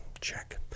check